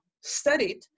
studied